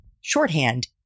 shorthand